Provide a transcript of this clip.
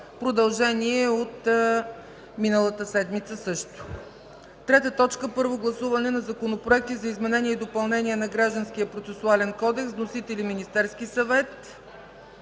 продължение от миналата седмица. 3. Първо гласуване на законопроекти за изменение и допълнение на Гражданския процесуален кодекс. Вносители – Министерски съвет,